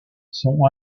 sont